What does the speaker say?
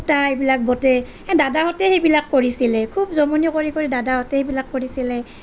সূতা এইবিলাক বটে দাদাহঁতে সেইবিলাক কৰিছিলে খুব জমনি কৰি কৰি দাদাহঁতে এইবিলাক কৰিছিলে